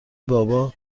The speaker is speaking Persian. بابا